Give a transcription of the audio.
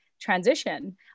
transition